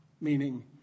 meaning